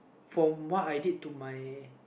from what I did to my